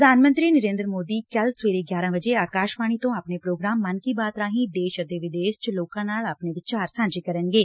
ਪ੍ਧਾਨ ਮੰਤਰੀ ਨਰੇਂਦਰ ਮੋਦੀ ਕੱਲੂ ਸਵੇਰੇ ਗਿਆਰਾ ਵਜੇ ਆਕਾਸ਼ਵਾਣੀ ਤੋਂ ਆਪਣੇ ਪ੍ਰੋਗਰਾਮ ਮਨ ਕੀ ਬਾਤ ਰਾਹੀਂ ਦੇਸ਼ ਅਤੇ ਵਿਦੇਸ਼ ਚ ਲੋਕਾਂ ਨਾਲ ਆਪਣੇ ਵਿਚਾਰ ਸਾਂਝੇ ਕਰਨਗੇ